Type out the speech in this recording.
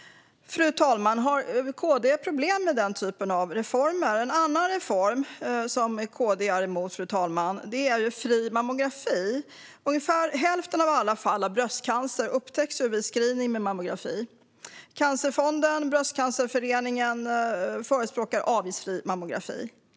Fru talman! Har KD problem med den typen av reformer? En annan reform som KD är emot, fru talman, är fri mammografi. Ungefär hälften av alla fall av bröstcancer upptäcks vid screening med mammografi. Cancerfonden och Bröstcancerföreningen förespråkar avgiftsfri mammografi.